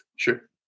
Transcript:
Sure